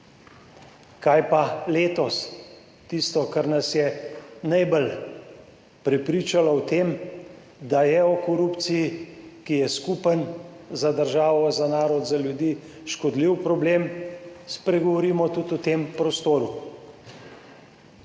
Kaj pa letos? Tisto, kar nas je najbolj prepričalo v tem, da je o korupciji, ki je skupen za državo, za narod, za ljudi škodljiv problem, spregovorimo tudi v tem prostoru.